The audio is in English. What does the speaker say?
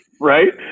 Right